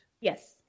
Yes